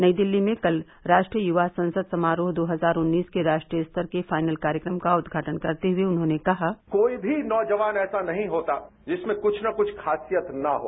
नई दिल्ली में कल राष्ट्रीय युवा संसद समारोह दो हजार उन्नीस के राष्ट्रीय स्तर के फाइनल कार्यक्रम का उद्घाटन करते हुए उन्होंने कहा कोई भी नौजवान ऐसा नहीं होता जिसमें कुछ न कुछ खासियत न हो